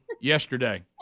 yesterday